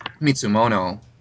Mitsumono